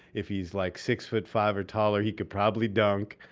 if he's like six foot five or taller, he could probably dunk.